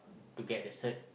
to get a cert